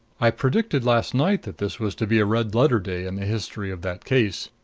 i predicted last night that this was to be a red-letter day in the history of that case,